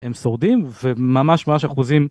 הם שורדים וממש ממש אחוזים.